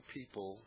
people